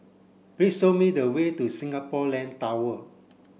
please show me the way to Singapore Land Tower